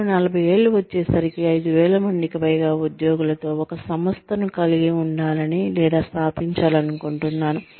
నేను 40 ఏళ్లు వచ్చేసరికి 5000 మందికి పైగా ఉద్యోగులతో ఒక సంస్థను కలిగి ఉండాలని లేదా స్థాపించాలనుకుంటున్నాను